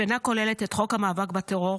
שאינה כוללת את חוק המאבק בטרור,